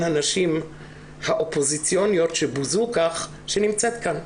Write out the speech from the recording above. הנשים האופוזיציוניות שבוזו כך שנמצאת כאן.